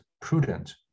prudent